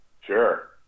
sure